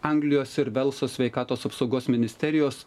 anglijos ir velso sveikatos apsaugos ministerijos